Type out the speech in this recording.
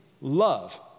love